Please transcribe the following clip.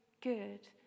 good